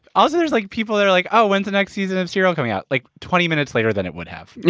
also there's like people that are like, oh, when's the next season of serial coming out? like twenty minutes later than it would have